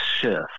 shift